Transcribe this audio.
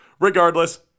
regardless